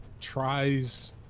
tries